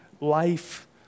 life